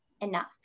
enough